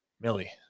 Millie